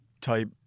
type